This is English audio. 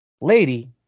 Lady